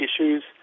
issues